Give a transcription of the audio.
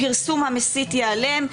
הפרסום המסית ייעלם,